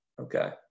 okay